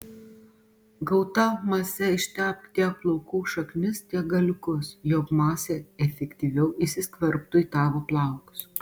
gauta mase ištepk tiek plaukų šaknis tiek galiukus jog masė efektyviau įsiskverbtų į tavo plaukus